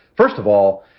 first of all,